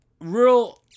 Real